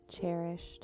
cherished